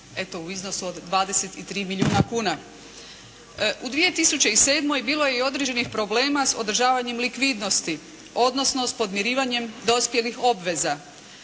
eto u iznosu od 23 milijuna kuna. U 2007. bilo je i određenih problema s održavanjem likvidnosti, odnosno s podmirivanjem dospjelih obveza.